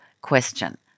question